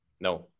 No